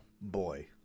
boy